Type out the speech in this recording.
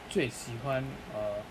最喜欢 err